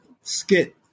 skit